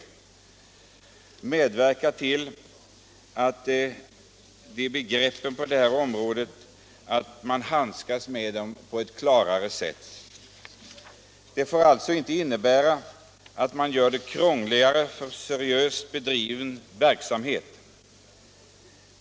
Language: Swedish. Utskottet vill medverka till att klargöra begreppen på detta område, så att man kan handskas med de olika frågorna på ett bättre sätt. Förändringen får alltså inte innebära att man gör det krångligare för seriöst bedriven verksamhet.